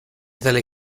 tale